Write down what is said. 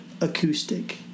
acoustic